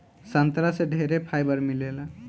संतरा से ढेरे फाइबर मिलेला